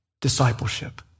discipleship